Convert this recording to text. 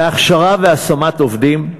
להכשרה והשמה של עובדים.